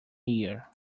year